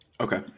Okay